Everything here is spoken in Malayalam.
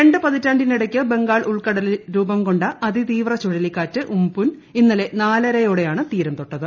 രണ്ട് പതിറ്റാണ്ടിനിടയ്ക്ക് ബംഗാൾ ഉൾക്കടലിൽ രൂപംകൊണ്ട അതിതീവ്ര ചുഴലിക്കാറ്റ് ഉം പുൻ ഇന്നലെ നാലരയോടയാണ് തീരംതൊട്ടത്